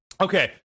Okay